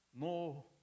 no